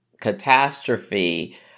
catastrophe